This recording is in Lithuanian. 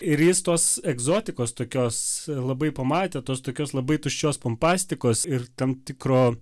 ir jis tos egzotikos tokios labai pamatė tos tokios labai tuščios pompastikos ir tam tikro